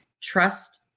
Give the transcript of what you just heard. trust